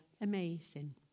Amazing